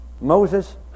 Moses